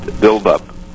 build-up